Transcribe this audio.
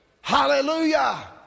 Hallelujah